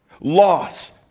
Loss